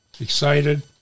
excited